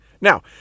Now